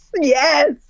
yes